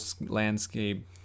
landscape